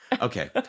Okay